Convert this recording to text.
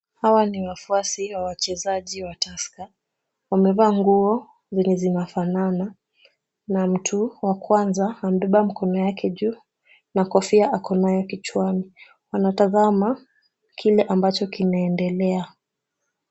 Hawa ni wafuasi wa wachezaji wa Tusker, wamevaa nguo zenye zinafanana na mtu wa kwanza amebeba mikono yake juu na kofia ako nayo kichwani, wanatazama kile ambacho kinaendelea.